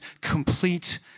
complete